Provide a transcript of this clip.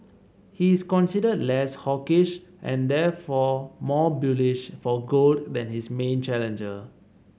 he is considered less hawkish and therefore more bullish for gold than his main challenger